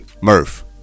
Murph